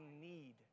need